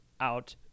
out